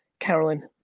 carolynn,